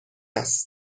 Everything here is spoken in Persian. است